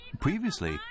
previously